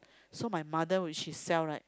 so my mother when she sell right